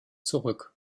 zurück